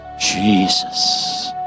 Jesus